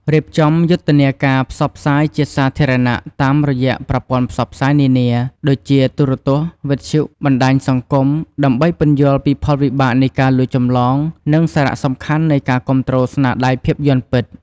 រៀបចំយុទ្ធនាការផ្សព្វផ្សាយជាសាធារណៈតាមរយៈប្រព័ន្ធផ្សព្វផ្សាយនានា ដូចជា ទូរទស្សន៍ វិទ្យុ បណ្តាញសង្គម ដើម្បីពន្យល់ពីផលវិបាកនៃការលួចចម្លង និងសារៈសំខាន់នៃការគាំទ្រស្នាដៃភាពយន្តពិត។